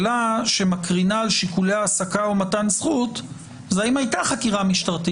כשאת רוצה לשאול את השאלה אם לתת לו רישיון להתעסק בחומרים מסוכנים.